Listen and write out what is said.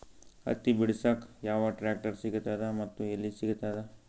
ಹತ್ತಿ ಬಿಡಸಕ್ ಯಾವ ಟ್ರಾಕ್ಟರ್ ಸಿಗತದ ಮತ್ತು ಎಲ್ಲಿ ಸಿಗತದ?